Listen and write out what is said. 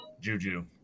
Juju